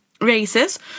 races